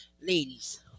ladies